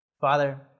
Father